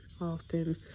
often